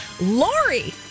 Lori